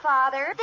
Father